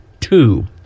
two